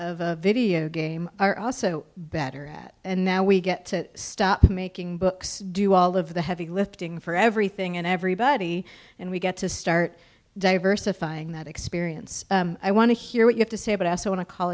of a video game are also better at and now we get to stop making books do all of the heavy lifting for everything and everybody and we get to start diversifying that experience i want to hear what you have to say but i also want to call